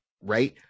Right